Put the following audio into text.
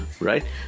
right